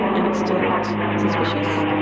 and it still looked suspicious.